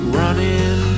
running